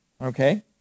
okay